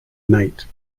night